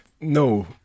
No